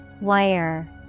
Wire